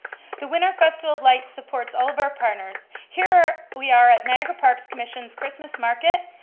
the winter festival of lights supports all of our partners. here we are at niagara parks commission's christmas market,